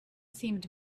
seemed